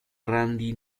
randy